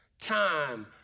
time